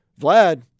Vlad